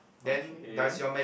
okay